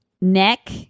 Neck